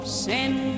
send